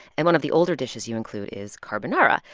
and one of the older dishes you include is carbonara,